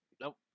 Nope